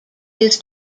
his